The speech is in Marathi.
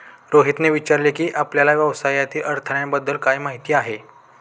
रोहितने विचारले की, आपल्याला व्यवसायातील अडथळ्यांबद्दल काय माहित आहे?